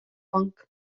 pank